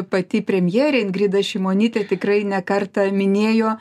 pati premjerė ingrida šimonytė tikrai ne kartą minėjo